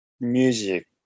music